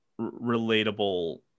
relatable